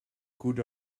good